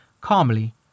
calmly